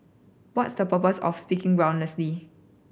what's your purpose of speaking groundlessly